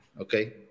Okay